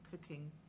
cooking